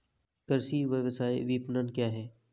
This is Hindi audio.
कृषि व्यवसाय विपणन क्या है?